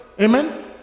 Amen